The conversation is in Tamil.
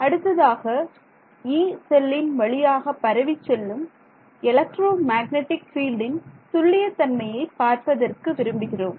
அடுத்ததாக 'யீ' செல்லின் வழியாக பரவிச் செல்லும் எலக்ட்ரோ மேக்னடிக் பீல்டின் துல்லியத்தன்மையை பார்ப்பதற்கு விரும்புகிறோம்